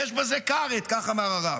יש בזה כרת" כך אמר הרב.